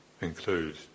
include